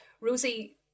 Rosie